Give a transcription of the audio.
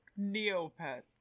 neopets